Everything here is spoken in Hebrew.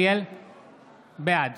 בעד